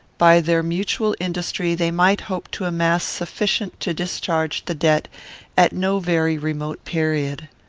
by their mutual industry they might hope to amass sufficient to discharge the debt at no very remote period.